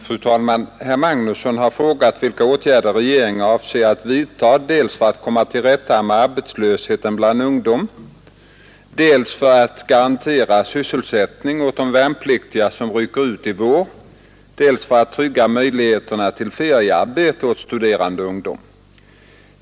Fru talman! Herr Magnusson i Kristinehamn har frågat vilka åtgärder regeringen avser att vidta dels för att komma till rätta med arbetslösheten bland ungdomen, dels för att garantera sysselsättning åt de värnpliktiga som rycker ut i vår, dels för att trygga möjligheterna till feriearbeten åt studerande ungdom.